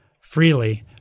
freely